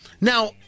Now